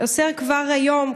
אוסר כבר היום,